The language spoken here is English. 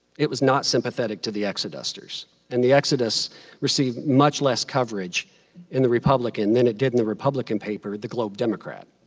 it was not sympathetic to the exodusters and the exodus received much less coverage in the republican than it did in the republican paper, the globe democrat.